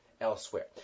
elsewhere